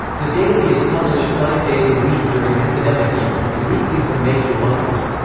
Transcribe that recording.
the daily is published five days a week during academic year, and weekly from may to august.